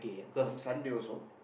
on Sunday also